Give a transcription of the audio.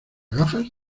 gafas